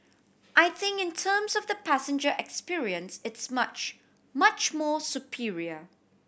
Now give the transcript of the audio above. I think in terms of the passenger experience it's much much more superior